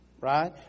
right